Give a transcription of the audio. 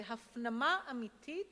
זו הפנמה אמיתית